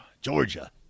Georgia